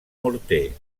morter